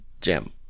gem